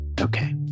okay